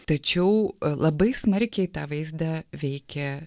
tačiau labai smarkiai tą vaizdą veikė